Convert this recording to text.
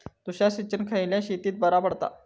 तुषार सिंचन खयल्या शेतीक बरा पडता?